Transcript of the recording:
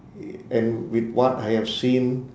and with what I have seen